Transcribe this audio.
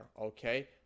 Okay